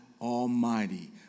Almighty